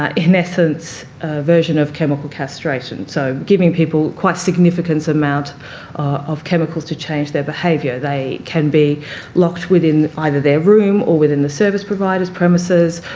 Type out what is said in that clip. ah in essence, a version of chemical castration. so giving people quite significant amount of chemical to change their behaviour. they can be locked within either their room or within the service provider's premises.